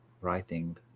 writing